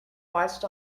watched